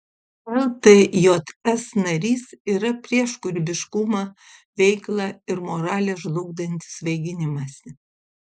ltjs narys yra prieš kūrybiškumą veiklą ir moralę žlugdantį svaiginimąsi